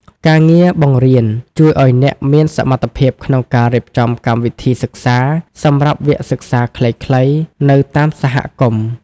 ការងារបង្រៀនជួយឱ្យអ្នកមានសមត្ថភាពក្នុងការរៀបចំកម្មវិធីសិក្សាសម្រាប់វគ្គសិក្សាខ្លីៗនៅតាមសហគមន៍។